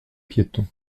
piétons